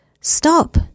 Stop